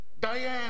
Diane